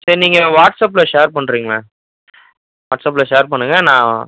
சரி நீங்கள் வாட்ஸ்அப்பில் ஷேர் பண்ணுறீங்களேன் வாட்ஸ்அப்பில் ஷேர் பண்ணுங்கள் நான்